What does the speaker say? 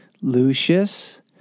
Lucius